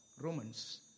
Romans